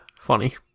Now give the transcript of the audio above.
funny